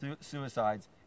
suicides